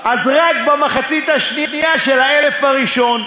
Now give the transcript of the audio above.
אז רק במחצית השנייה של האלף הראשון.